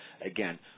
Again